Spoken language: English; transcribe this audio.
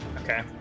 Okay